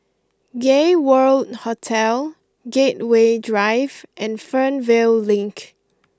Gay World Hotel Gateway Drive and Fernvale Link